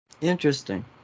Interesting